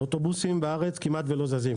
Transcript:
האוטובוסים בארץ כמעט ולא זזים.